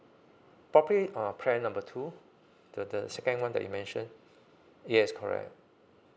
probably um plan number two the the second one that you mention yes correct